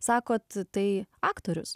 sako kad tai aktorius